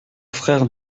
frère